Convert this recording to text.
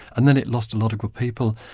and then it lost a lot of good people.